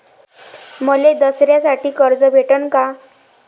मले दसऱ्यासाठी कर्ज भेटन का?